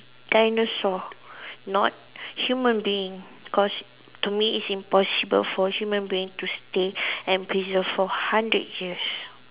dinosaur not human being cause to me it's impossible for human being to stay and preserve for hundred years